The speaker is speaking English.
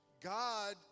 God